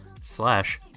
slash